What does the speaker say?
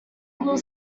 little